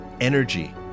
Energy